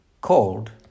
called